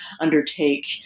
undertake